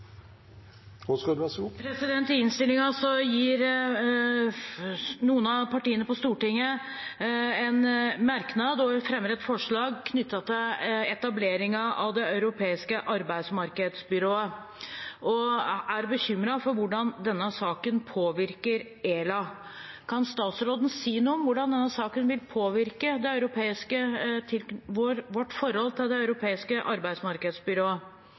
I innstillingen har noen av partiene på Stortinget en merknad og fremmer et forslag knyttet til etableringen av Det europeiske arbeidsmarkedsbyrået, og er bekymret for hvordan denne saken påvirker ELA. Kan statsråden si noe om hvordan denne saken vil påvirke vårt forhold til Det europeiske arbeidsmarkedsbyrået? Det kan jeg gjøre. Det er ingen referanser til ELA i forordningen om Det europeiske